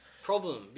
problem